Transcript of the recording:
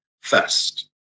first